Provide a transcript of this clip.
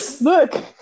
look